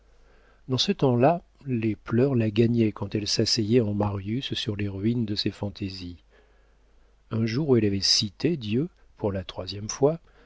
dans ce temps-là les pleurs la gagnaient quand elle s'asseyait en marius sur les ruines de ses fantaisies un jour où elle avait cité dieu pour la troisième fois